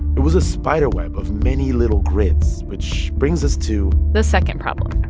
it was a spiderweb of many little grids, which brings us to. the second problem.